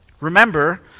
Remember